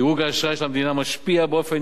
דירוג האשראי של המדינה משפיע באופן